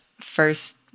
first